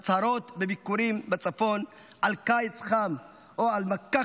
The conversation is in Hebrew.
הצהרות בביקורים בצפון על קיץ חם או על מכה